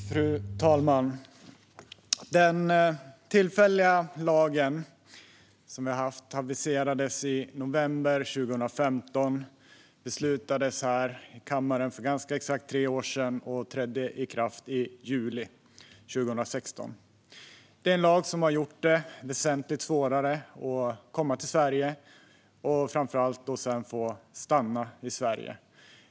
Fru talman! Den tillfälliga lagen aviserades i november 2015, beslutades i kammaren för ganska exakt tre år sedan och trädde i kraft i juli 2016. Det är en lag som har gjort det väsentligt svårare att komma till Sverige och sedan få stanna i Sverige.